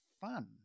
fun